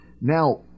Now